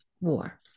War